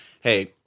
Hey